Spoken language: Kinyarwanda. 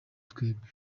twebwe